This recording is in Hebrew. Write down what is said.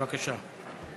בבקשה.